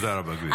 תודה רבה, גברתי.